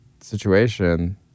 situation